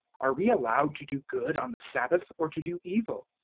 are we allowed to do good on the sabbath, or to do evil?